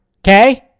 okay